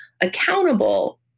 accountable